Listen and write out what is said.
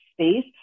space